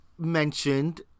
mentioned